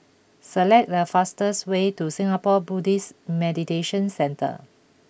select the fastest way to Singapore Buddhist Meditation Centre